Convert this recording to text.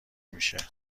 میشه